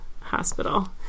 hospital